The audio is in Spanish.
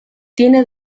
tiene